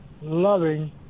loving